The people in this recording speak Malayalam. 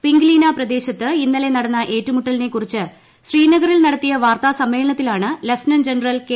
പിങ്ക്ലീന പ്രദേശത്ത് ഇന്നലെ നടന്ന ഏറ്റുമുട്ടലിനെ കുറിച്ച് ശ്രീനഗറിൽ നടത്തിയ വാർത്താസമ്മേളനത്തിലാണ് ലഫ്റ്റനന്റ് ജനറൽ കെ